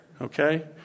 okay